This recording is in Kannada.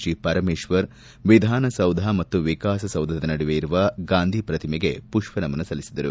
ಜಿಪರಮೇಶ್ವರ್ ವಿಧಾನ ಸೌಧ ಮತ್ತು ವಿಕಾಸ ಸೌಧದ ನಡುವೆ ಇರುವ ಗಾಂಧಿ ಪ್ರತಿಮೆಗೆ ಮಷ್ವ ನಮನ ಸಲ್ಲಿಸಿದರು